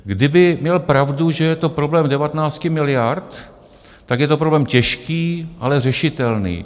Kdyby měl pravdu, že je to problém 19 miliard, tak je to problém těžký, ale řešitelný.